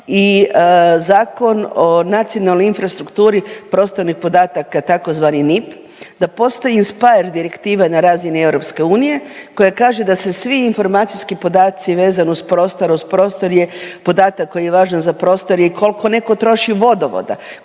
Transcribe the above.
i Zakon o nacionalnoj infrastrukturi prostornih podataka tzv. NIP, da postoji Inspaer direktiva na razini EU koja kaže da se svi informacijski podaci vezano uz prostor, uz prostor je podatak koji je važan za prostor je i koliko netko troši vodovoda,